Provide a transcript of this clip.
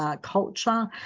Culture